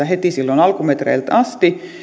heti silloin alkumetreiltä asti